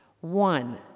One